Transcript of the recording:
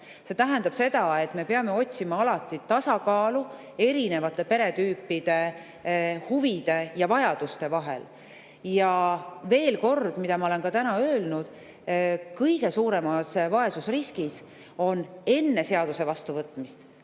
See tähendab seda, et me peame otsima alati tasakaalu erinevate peretüüpide huvide ja vajaduste vahel. Ja veel kord, ma olen täna ka öelnud: kõige suuremas vaesusriskis olid enne seaduse vastuvõtmist,